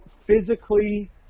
physically